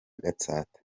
gatsata